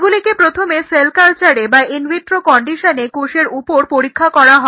এগুলিকে প্রথমে সেল কালচারে বা ইনভিট্রো কন্ডিশনে কোষের ওপর পরীক্ষা করা হয়